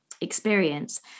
experience